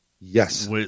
Yes